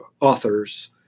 authors